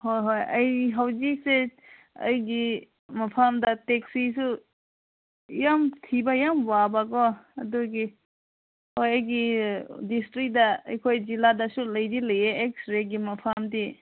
ꯍꯣꯏ ꯍꯣꯏ ꯑꯩ ꯍꯧꯖꯤꯛꯁꯦ ꯑꯩꯒꯤ ꯃꯐꯝꯗ ꯇꯦꯛꯁꯤꯁꯨ ꯌꯥꯝ ꯊꯤꯕ ꯌꯥꯝ ꯋꯥꯕꯀꯣ ꯑꯗꯨꯒꯤ ꯍꯣꯏ ꯑꯩꯒꯤ ꯗꯤꯁꯇ꯭ꯔꯤꯛꯇ ꯑꯩꯈꯣꯏ ꯖꯤꯂꯥꯗꯁꯨ ꯂꯩꯗꯤ ꯂꯩꯌꯦ ꯑꯦꯛꯁꯔꯦꯒꯤ ꯃꯐꯝꯗꯤ